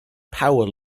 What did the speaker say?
power